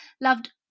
loved